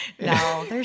No